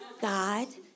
God